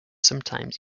sometimes